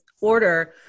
order